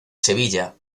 sevilla